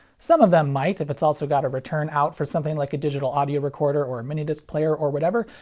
some of them might if it's also got a return out for something like a digital audio recorder or minidisc player or whatever,